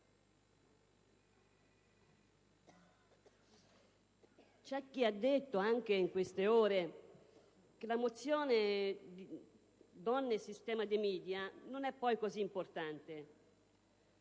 c'è chi ha detto, anche in queste ore, che la mozione sulle donne e il sistema dei *media* non è poi così importante,